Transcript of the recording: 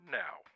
now